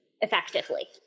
effectively